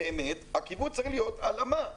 באמת הכיוון צריך להיות הלאמה,